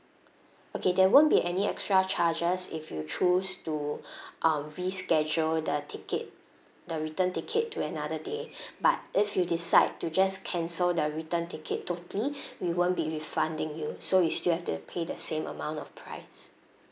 okay there won't be any extra charges if you choose to um reschedule the ticket the return ticket to another day but if you decide to just cancel the return ticket totally we won't be refunding you so you still have to pay the same amount of price